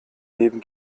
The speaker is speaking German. leben